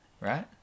right